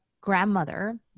grandmother